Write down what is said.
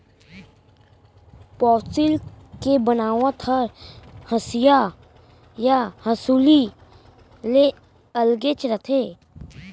पौंसुल के बनावट हर हँसिया या हँसूली ले अलगेच रथे